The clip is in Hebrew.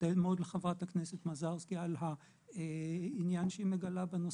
אני מודה מאוד לחברת הכנסת מזרסקי על העניין שהיא מגלה בנושא.